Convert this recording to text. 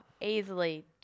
Easily